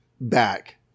back